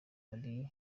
yari